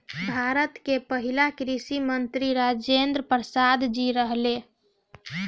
भारत के पहिला कृषि मंत्री राजेंद्र प्रसाद जी रहले